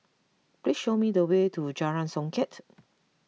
please show me the way to Jalan Songket